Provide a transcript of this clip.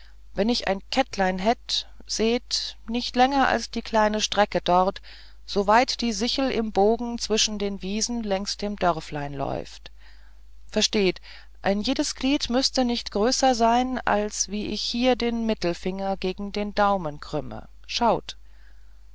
wenn ich ein kettlein hätte seht nicht länger als die kleine strecke dort so weit die sichel im bogen zwischen den wiesen längs dem dörflein läuft versteht ein jedes glied müßte nicht größer sein als wie ich hier den mittelfinger gegen den daumen krümme schaut